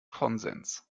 konsens